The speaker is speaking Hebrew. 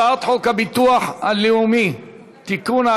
הצעת חוק הביטוח הלאומי (תיקון,